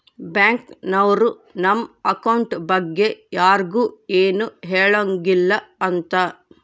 bank ನವ್ರು ನಮ್ account ಬಗ್ಗೆ ಯರ್ಗು ಎನು ಹೆಳಂಗಿಲ್ಲ ಅಂತ